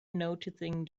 noticing